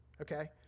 okay